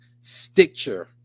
Stitcher